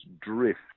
drift